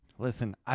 Listen